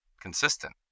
consistent